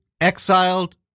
exiled